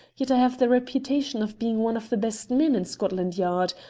yet i have the reputation of being one of the best men in scotland yard,